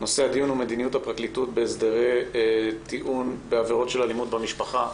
מדיניות הפרקליטות בהסדרי טיעון בעבירות אלימות במשפחה.